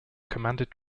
commanded